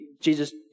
Jesus